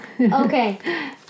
Okay